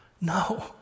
No